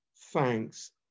thanks